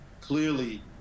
clearly